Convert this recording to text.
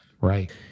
Right